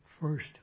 first